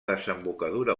desembocadura